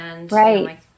Right